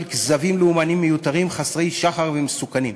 כזבים לאומניים מיותרים חסרי שחר ומסוכנים.